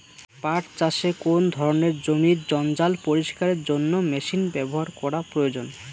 পাট চাষে কোন ধরনের জমির জঞ্জাল পরিষ্কারের জন্য মেশিন ব্যবহার করা প্রয়োজন?